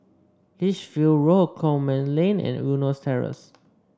Lichfield Road Coleman Lane and Eunos Terrace